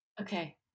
okay